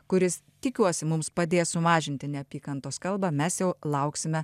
kuris tikiuosi mums padės sumažinti neapykantos kalbą mes jau lauksime